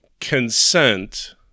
consent